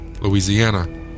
Louisiana